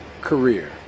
career